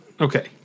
okay